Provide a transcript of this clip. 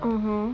mmhmm